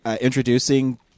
introducing